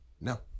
No